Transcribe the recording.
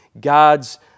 God's